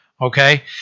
okay